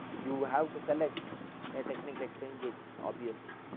you have to select a technique like strain gauges obviously.